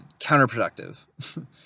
counterproductive